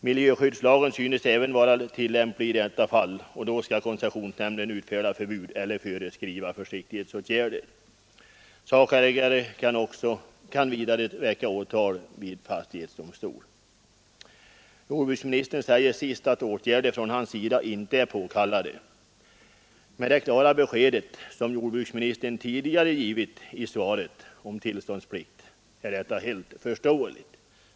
Miljöskyddslagen synes även vara tillämplig i detta fall, och då skall koncessionsnämnden utfärda förbud eller föreskriva försiktighetsåtgärder. Sakägare kan vidare väcka åtal vid fastighetsdomstol. Jordbruksministern säger sist att åtgärder från hans sida inte är påkallade. Med det klara besked som jordbruksministern tidigare givit om tillståndsplikt är detta helt förståeligt.